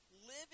living